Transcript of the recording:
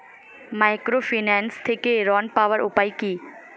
Microfinance থেকে ঋণ পাওয়ার উপায় কি?